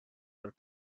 are